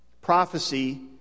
Prophecy